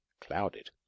clouded